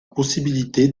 possibilité